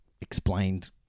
explained